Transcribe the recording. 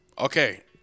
Okay